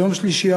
ביום שלישי,